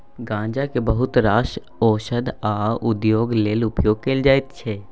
गांजा केँ बहुत रास ओषध आ उद्योग लेल उपयोग कएल जाइत छै